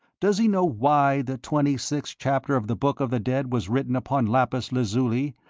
does he know why the twenty-sixth chapter of the book of the dead was written upon lapis-lazuli,